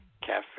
Cafe